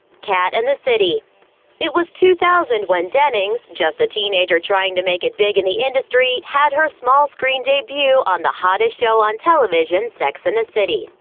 kat and the city it was two thousand when dennings just a teenager trying to make it big in the industry had her small screen debut debut on the hottest show on television, sex and the city.